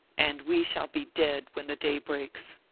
and we shall be dead when the day breaks.